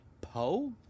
Poe